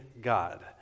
God